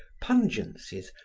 pungencies,